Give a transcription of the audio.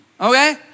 okay